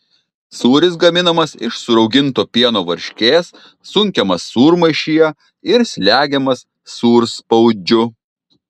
sūris gaminamas iš surauginto pieno varškės sunkiamas sūrmaišyje ir slegiamas sūrspaudžiu